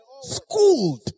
Schooled